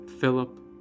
Philip